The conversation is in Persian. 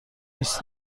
نیست